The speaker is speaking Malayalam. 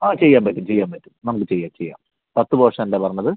ആ ചെയ്യാൻ പറ്റും ചെയ്യാൻ പറ്റും നമുക്കുചെയ്യാം ചെയ്യാം പത്തു പോർഷനല്ലേ പറഞ്ഞത്